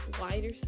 wider